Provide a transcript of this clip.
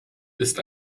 ist